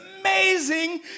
amazing